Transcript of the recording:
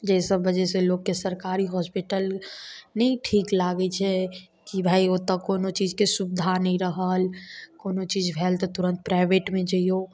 जाहि सब वजह से लोकके सरकारी हॉस्पिटल नहि ठीक लागै छै कि भाय ओतऽ कोनो चीजके सुवधा नहि रहल कोनो चीज भेल तऽ तुरन्त प्राइवेटमे जैऔ